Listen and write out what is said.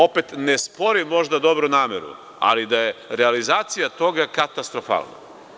Opet ne sporim možda dobru nameru, ali realizacija toga je katastrofalna.